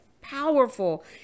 powerful